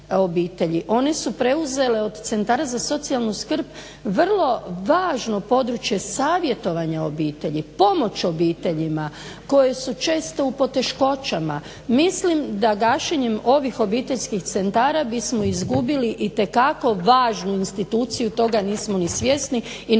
one su preuzele od centara za socijalnu skrb vrlo važno područje savjetovanja obitelji, pomoć obiteljima koje su često u poteškoćama. Mislim da gašenjem ovih obiteljskih centara bismo izgubili itekako važnu instituciju toga nismo ni svjesni i ne